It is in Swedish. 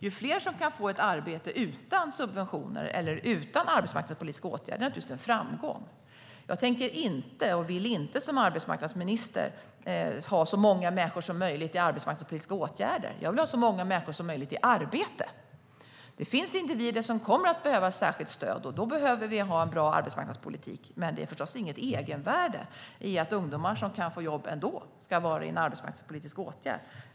Om fler kan få ett arbete utan subventioner eller utan arbetsmarknadspolitiska åtgärder är det naturligtvis en framgång. Som arbetsmarknadsminister vill jag inte ha så många människor som möjligt i arbetsmarknadspolitiska åtgärder. Jag vill ha så många människor som möjligt i arbete. Det finns individer som kommer att behöva särskilt stöd, och då behöver vi ha en bra arbetsmarknadspolitik. Men det är förstås inget egenvärde i att ungdomar som kan få jobb ändå ska vara i en arbetsmarknadspolitisk åtgärd.